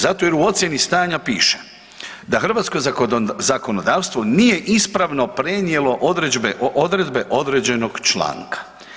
Zato jer u ocjeni stanja piše da „hrvatsko zakonodavstvo nije ispravno prenijelo odredbe određenog članka“